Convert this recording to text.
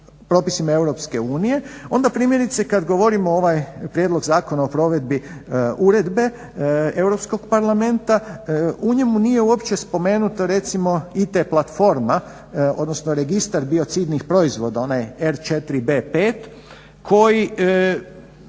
propisima Europske unije onda primjerice kada govorimo ovaj prijedlog zakona o provedbi uredbe Europskog parlamenta, u njemu nije uopće spomenuto recimo IT platforma, odnosno Registar biocidnih proizvoda, onaj R4B5 koji